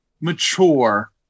mature